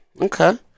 Okay